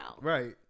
Right